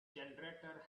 generator